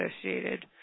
associated